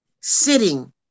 sitting